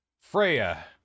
Freya